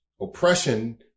oppression